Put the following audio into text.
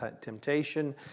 temptation